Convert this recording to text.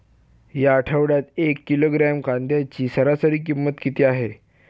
या आठवड्यात एक किलोग्रॅम कांद्याची सरासरी किंमत किती आहे?